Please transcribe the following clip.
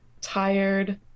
tired